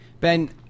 Ben